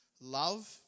love